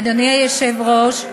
אדוני היושב-ראש,